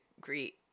greet